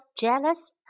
jealous